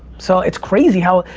so it's crazy how,